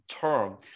term